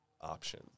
option